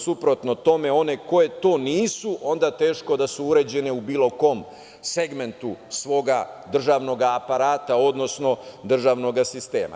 Suprotno tome, one koje to nisu, onda teško da su uređene u bilo kom segmentu svog državnog aparata, odnosno državnog sistema.